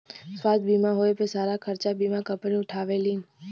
स्वास्थ्य बीमा होए पे सारा खरचा बीमा कम्पनी उठावेलीन